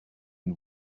and